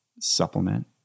supplement